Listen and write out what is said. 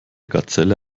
gazelle